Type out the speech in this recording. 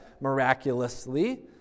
miraculously